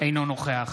אינו נוכח